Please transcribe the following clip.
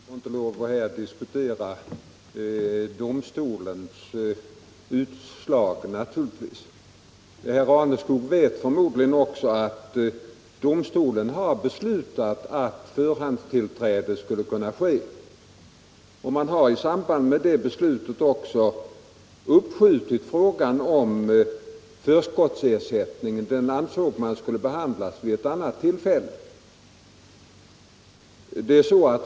Herr talman! Herr Raneskog vet att vi här inte får lov att diskutera domstolens utslag. Herr Raneskog vet förmodligen också att domstolen har beslutat att förhandstillträde skall kunna ske. I samband med detta beslut har man också uppskjutit frågan om förskottsersättningen; man ansåg att den skulle behandlas vid ett annat tillfälle.